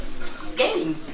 skating